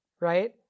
Right